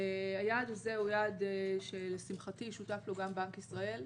היעד הזה הוא יעד שלשמחתי שותף לו גם בנק ישראל.